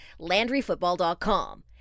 LandryFootball.com